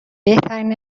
بهترین